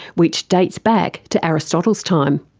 which dates back to aristotle's time.